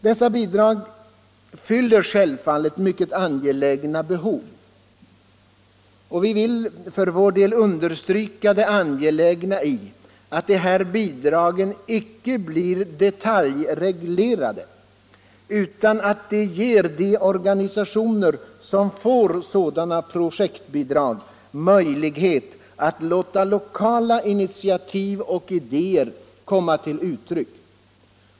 Dessa bidrag fyller självfallet mycket angelägna behov, och vi vill för vår del understryka vikten av att bidragen inte blir detaljreglerade utan att de ger de organisationer som får sådana projektbidrag möjlighet att låta lokala initiativ och idéer komma till uttryck.